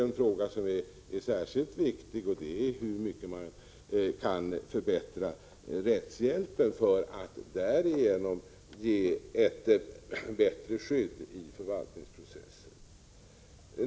En fråga som är särskilt viktig är hur mycket rättshjälpen kan förbättras för att ett bättre skydd i förvaltningsprocessen därigenom skall kunna skapas.